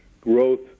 growth